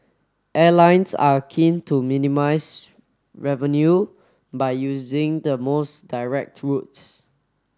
airlines are keen to minimise revenue by using the most direct routes